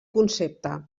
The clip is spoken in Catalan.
concepte